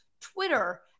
Twitter